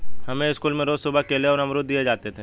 हमें स्कूल में रोज सुबह केले और अमरुद दिए जाते थे